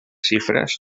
xifres